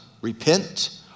repent